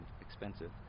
expensive